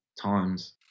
times